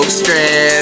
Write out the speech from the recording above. stress